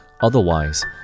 otherwise